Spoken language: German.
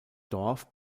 dorf